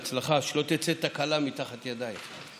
תצא תקלה מתחת ידייך.